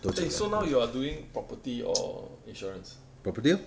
eh so now you are doing property or insurance